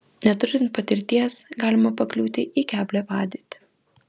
neturint patirties galima pakliūti į keblią padėtį